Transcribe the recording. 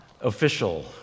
official